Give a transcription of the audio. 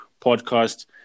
podcast